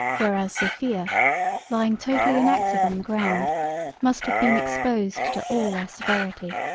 whereas, sophia lying totally inactive on the ground must have been exposed to all their severity.